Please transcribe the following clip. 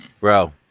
bro